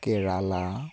Kerala